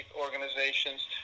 organizations